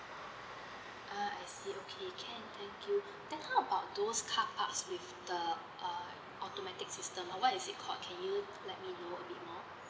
ah I see okay can thank you then how about those carparks with the uh automatic system what is it called can you let me know a bit more